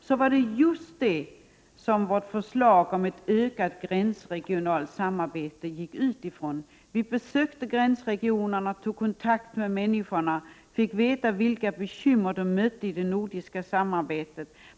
Det var just detta som vårt förslag om ett ökat gränsregionalt samarbete utgick från. Vi besökte gränsregionerna, tog kontakt med människorna och fick veta vilka bekymmer de mötte i det nordiska samarbetet.